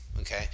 Okay